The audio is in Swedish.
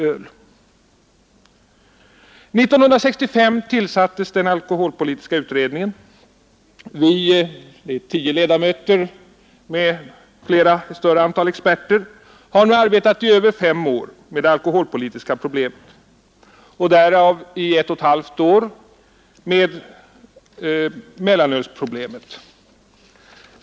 År 1965 tillsattes den alkoholpolitiska utredningen, och vi tio ledamöter med ett större antal experter har nu arbetat i över fem år med det alkoholpolitiska problemet, därav i ett och ett halvt år med mellanölsproblemet.